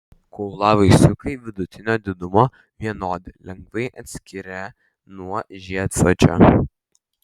kaulavaisiukai vidutinio didumo vienodi lengvai atsiskiria nuo žiedsosčio